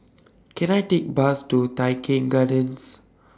Can I Take Bus to Tai Keng Gardens